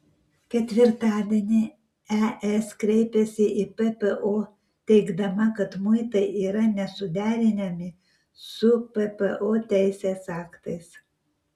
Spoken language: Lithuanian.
ketvirtadienį es kreipėsi į ppo teigdama kad muitai yra nesuderinami su ppo teisės aktais